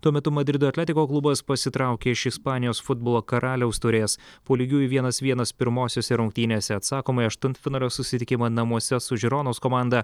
tuo metu madrido atletico klubas pasitraukė iš ispanijos futbolo karaliaus taurės po lygiųjų vienas vienas pirmosiose rungtynėse atsakomąjį aštuntfinalio susitikimą namuose su žironos komanda